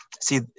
see